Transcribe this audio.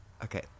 Okay